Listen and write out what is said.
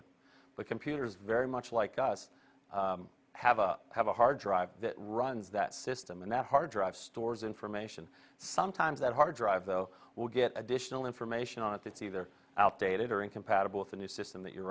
it but computers very much like us have a have a hard drive that runs that system and that hard drive stores information sometimes that hard drive though will get additional information on it it's either outdated or incompatible with the new system that you're